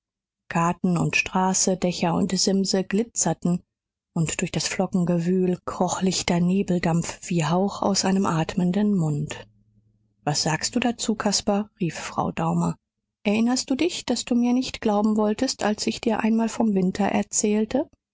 garten und straße dächer und simse glitzerten und durch das flockengewühl kroch lichter nebeldampf wie hauch aus einem atmenden mund was sagst du dazu caspar rief frau daumer erinnerst du dich daß du mir nicht glauben wolltest als ich dir einmal vom winter erzählte